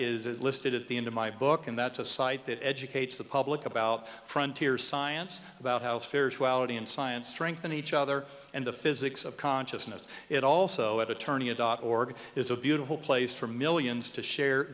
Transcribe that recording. that is listed at the end of my book and that's a site that educates the public about frontier science about how spirituality and science strengthen each other and the physics of consciousness it also attorney a dot org is a beautiful place for millions to share